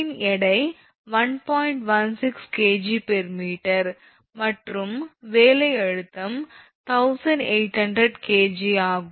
16 𝐾𝑔m மற்றும் வேலை அழுத்தம் 1800 𝐾𝑔 ஆகும்